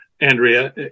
Andrea